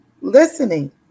listening